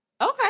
Okay